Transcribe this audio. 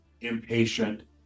impatient